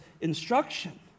instruction